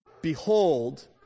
Behold